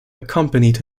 accompanied